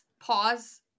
Pause